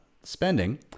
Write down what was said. spending